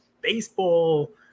baseball